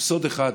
סוד אחד: